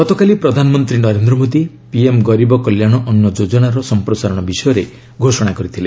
ଗତକାଲି ପ୍ରଧାନମନ୍ତ୍ରୀ ନରେନ୍ଦ୍ର ମୋଦି ପିଏମ୍ ଗରିବ କଲ୍ୟାଣ ଅନ୍ନ ଯୋଜନାର ସମ୍ପ୍ରସାରଣ ବିଷୟରେ ଘୋଷଣା କରିଥିଲେ